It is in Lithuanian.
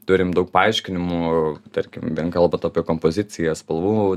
turim daug paaiškinimų tarkim kalbat apie kompoziciją spalvų